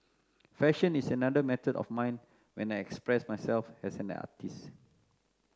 fashion is another method of mine when I express myself as an artist